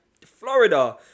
Florida